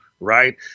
right